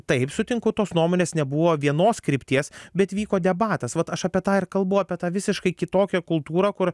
taip sutinku tos nuomonės nebuvo vienos krypties bet vyko debatas vat aš apie tą ir kalbu apie tą visiškai kitokią kultūrą kur